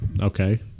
Okay